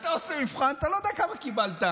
אתה עושה מבחן, ואתה לא יודע כמה קיבלת.